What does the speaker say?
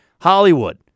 Hollywood